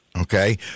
Okay